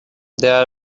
there